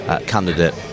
candidate